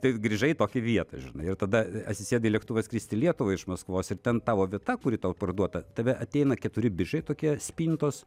tai grįžai į tokią vietą žinai ir tada atsisėdai į lėktuvą skristi į lietuvą iš maskvos ir ten tavo vieta kuri tau parduota tave ateina keturi bičai tokie spintos